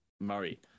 Murray